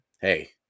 hey